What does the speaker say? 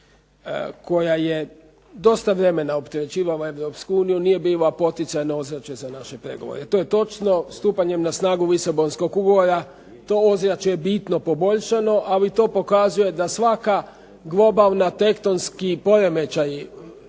koja je dosta vremena opterećivala Europsku uniju nije bila poticajno ozračje za naše pregovore. To je točno, stupanje na snagu Lisabonskog ugovora to ozračje je bitno poboljšano ali to pokazuje da svaka globalna tektonski poremećaj